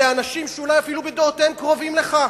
אלה אנשים שאולי אפילו בדעותיהם קרובים לך,